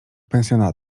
pensjona